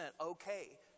okay